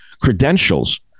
Credentials